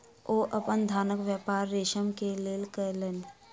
ओ अपन धानक व्यापार रेशम के लेल कय लेलैन